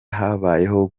habayeho